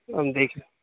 ہم دیکھ لیں